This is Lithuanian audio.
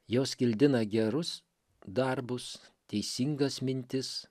jos kildina gerus darbus teisingas mintis